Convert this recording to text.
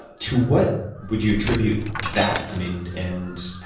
to what would you attribute that? i mean, and